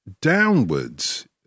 downwards